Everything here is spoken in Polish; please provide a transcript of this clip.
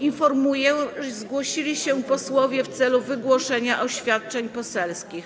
Informuję, że zgłosili się posłowie w celu wygłoszenia oświadczeń poselskich.